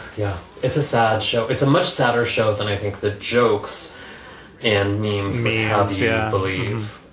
yeah, it's a sad show. it's a much sadder show than i think the jokes and names may have shia believe,